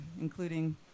including